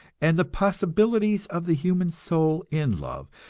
and the possibilities of the human soul in love,